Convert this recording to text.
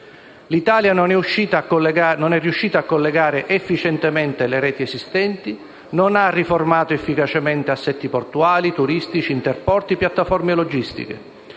L'Italia non è riuscita a collegare efficientemente le reti esistenti, non ha riformato efficacemente gli assetti portuali, anche turistici, gli interporti e le piattaforme logistiche.